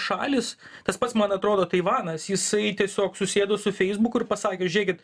šalys tas pats man atrodo taivanas jisai tiesiog susėdo su feisbuku ir pasakė žiūrėkit